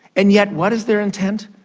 and yet what is their intent?